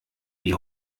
die